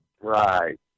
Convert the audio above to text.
Right